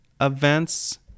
events